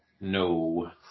No